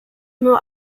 nur